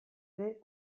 ere